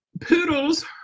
Poodles